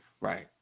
Right